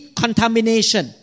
contamination